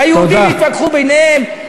היהודים יתווכחו ביניהם,